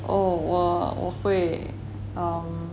oh 我我会 um